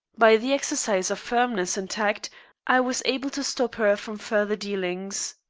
by the exercise of firmness and tact i was able to stop her from further dealings.